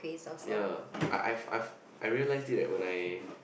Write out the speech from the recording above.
ya I I've I've I realised it leh when I